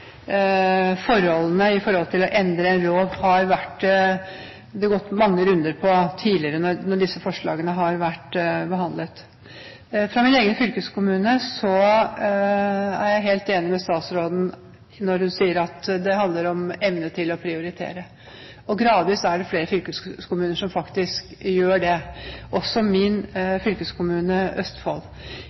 forholdene når det gjelder å endre en lov, er det gått mange runder på tidligere da disse forslagene har vært behandlet. Jeg helt enig med statsråden når hun sier at det handler om evnen til å prioritere, og gradvis er det flere fylkeskommuner som faktisk gjør det, også min fylkeskommune, Østfold.